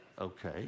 okay